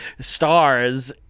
stars